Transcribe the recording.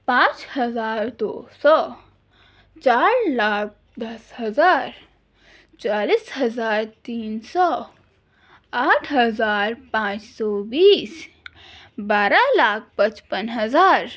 پانچ ہزار دو سو چار لاکھ دس ہزار چالیس ہزار تین سو آٹھ ہزار پانچ سو بیس بارہ لاکھ پچپن ہزار